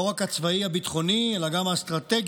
לא רק הצבאי הביטחוני אלא גם האסטרטגי,